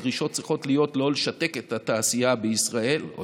הדרישות צריכות להיות לא לשתק את התעשייה בישראל או